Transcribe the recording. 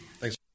Thanks